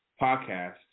podcast